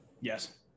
Yes